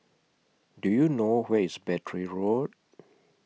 Do YOU know Where IS Battery Road